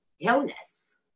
illness